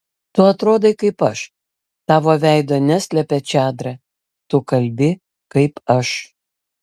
tu atrodai kaip aš tavo veido neslepia čadra tu kalbi kaip aš